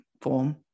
form